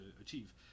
achieve